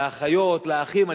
לאחיות, לאחים.